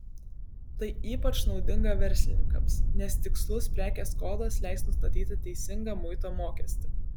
tai ypač naudinga verslininkams nes tikslus prekės kodas leis nustatyti teisingą muito mokestį